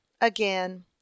Again